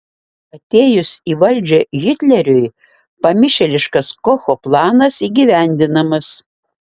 atėjus į valdžią hitleriui pamišėliškas kocho planas įgyvendinamas